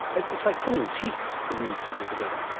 it's like pulling teeth getting these people together.